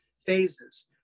phases